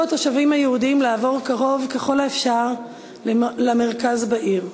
התושבים היהודים לעבור קרוב ככל האפשר למרכז בעיר.